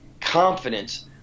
confidence